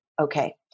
okay